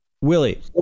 Willie